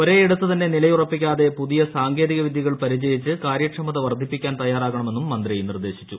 ഒരേയിടത്തു തന്നെ നിലയുറപ്പിക്കാതെ പുതിയ സാങ്കേതികവിദ്യകൾ പരിചയിച്ച് കാര്യക്ഷമത വർദ്ധിപ്പിക്കാൻ തയ്യാറാകണമെന്നും മന്ത്രി നിർദ്ദേശിച്ചു